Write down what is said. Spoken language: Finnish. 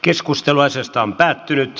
keskustelu päättyi